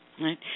Right